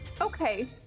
Okay